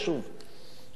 וזה מקשה מאוד.